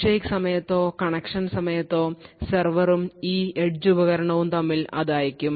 handshake സമയത്തോ connection സമയത്തോ സെർവറും ഈ എഡ്ജ് ഉപകരണവും തമ്മിൽ ഇത് അയയ്ക്കും